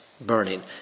burning